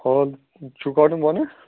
hall چھُ کڑُن بۄنہٕ